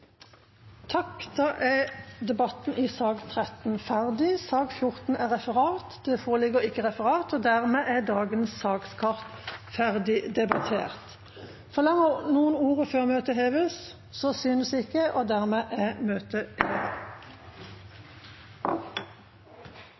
Da er debatten i sak nr. 13 ferdig. Sak nr. 14, Referat, er allerede behandlet. Dermed er dagens sakskart ferdig debattert. Forlanger noen ordet før møtet heves? – Så synes ikke, og dermed er møtet hevet.